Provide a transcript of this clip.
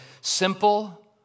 simple